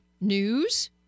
news